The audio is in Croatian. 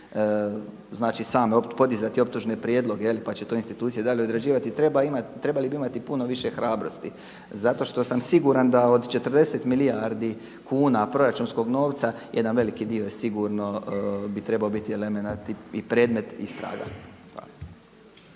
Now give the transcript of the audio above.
znači sami podizati optužne prijedloge pa će institucije to dalje odrađivati trebali bi imati puno više hrabrosti zato što sam siguran da od 40 milijardi kuna proračunskog novca, jedan veliki dio bi sigurno trebao biti elemenat i predmet istraga.